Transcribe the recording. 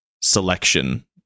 selection